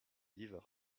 divorce